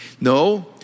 No